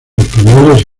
españoles